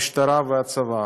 המשטרה והצבא.